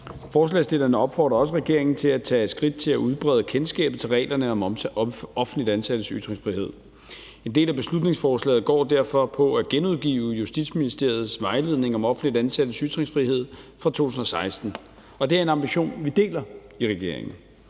Forslagsstillerne opfordrer også regeringen til at tage skridt til at udbrede kendskabet til reglerne om offentligt ansattes ytringsfrihed. En del af beslutningsforslaget går derfor på at genudgive Justitsministeriets vejledning om offentligt ansattes ytringsfrihed fra 2016, og det er en ambition, vi i regeringen